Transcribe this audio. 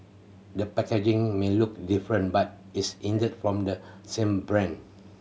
the packaging may look different but it's indeed from the same brand